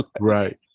Right